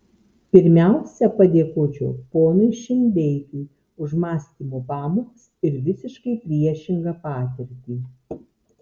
pirmiausia padėkočiau ponui šindeikiui už mąstymo pamokas ir visiškai priešingą patirtį